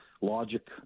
logic